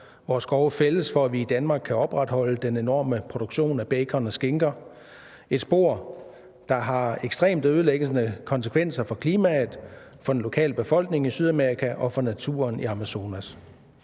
hvor skove fældes, for at vi i Danmark kan opretholde den enorme produktion af bacon og skinker; et spor, der har ekstremt ødelæggende konsekvenser for klimaet, for den lokale befolkning i Sydamerika og for naturen i Amazonas.